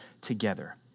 together